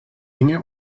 enge